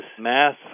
mass